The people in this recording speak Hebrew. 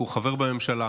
הוא חבר בממשלה,